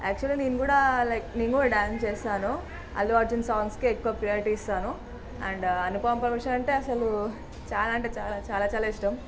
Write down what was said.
యాక్చువల్గా నేను కూడా లైక్ నేను కూడా డ్యాన్స్ చేస్తాను అల్లు అర్జున్ సాంగ్స్కే ఎక్కువ ప్రయారిటీ ఇస్తాను అండ్ అనుపమ పరమేశ్వరన్ అంటే అసలు చాలా అంటే చాలా చాలా ఇష్టం